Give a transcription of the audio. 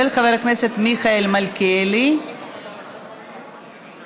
עברה בקריאה טרומית ועוברת לוועדת החוקה,